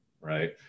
right